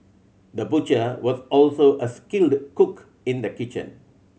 the butcher was also a skilled cook in the kitchen